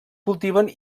cultiven